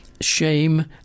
shame